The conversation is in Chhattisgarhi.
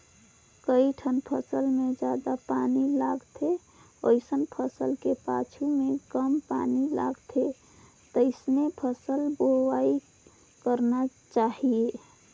कइठन फसल मे जादा पानी लगथे वइसन फसल के पाछू में कम पानी लगथे तइसने फसल बोवाई करना चाहीये